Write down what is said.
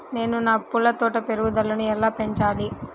నేను నా పూల తోట పెరుగుదలను ఎలా పెంచాలి?